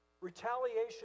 Retaliation